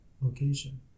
location